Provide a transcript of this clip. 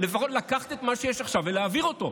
לפחות לקחת את מה שיש עכשיו ולהעביר אותו.